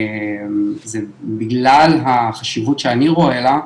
זה בגלל החשיבות שאני רואה לה,